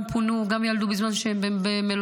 גם פונו וגם ילדו בזמן שהן במלונות.